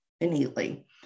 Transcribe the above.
innately